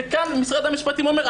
וכאן משרד המשפטים אומר,